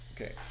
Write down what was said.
Okay